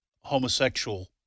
homosexual